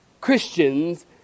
Christians